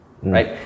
right